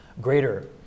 greater